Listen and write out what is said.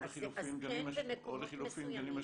או לחילופין, גנים משלבים.